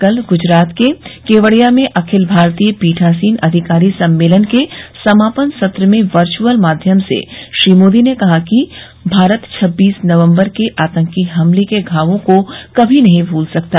कल गुजरात के केवडिया में अखिल भारतीय पीठासीन अधिकारी सम्मेलन के समापन सत्र में वर्चुअल माध्यम से श्री मोदी ने कहा कि भारत छब्बीस नवम्बर के आतंकी हमले के घावों को कभी नहीं भूल सकता